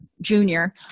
Junior